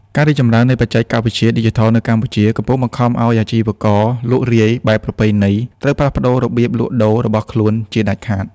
ការរីកចម្រើននៃបច្ចេកវិទ្យាឌីជីថលនៅកម្ពុជា កំពុងបង្ខំឱ្យអាជីវករលក់រាយបែបប្រពៃណីត្រូវផ្លាស់ប្តូររបៀបលក់ដូររបស់ខ្លួនជាដាច់ខាត។